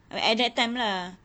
at that time ah